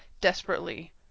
desperately